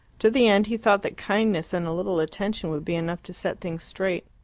to the end he thought that kindness and a little attention would be enough to set things straight.